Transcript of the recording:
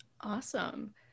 Awesome